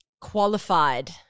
qualified